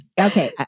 Okay